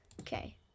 okay